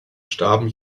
starben